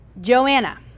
Joanna